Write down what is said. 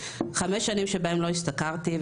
חמש שנים שבהן לא השתכרתי,